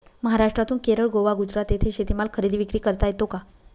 महाराष्ट्रातून केरळ, गोवा, गुजरात येथे शेतीमाल खरेदी विक्री करता येतो का?